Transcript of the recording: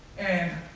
and